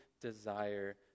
desire